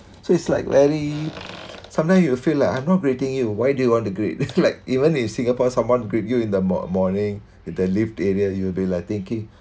so it's like very sometimes you will feel like not greeting you why do you want to greet like even in singapore someone greet you in the mor~ morning with the lift areas you will be like thinking